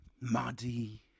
muddy